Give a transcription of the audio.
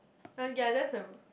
that's a